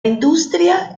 industria